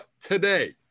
today